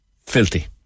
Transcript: filthy